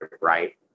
right